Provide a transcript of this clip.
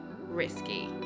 risky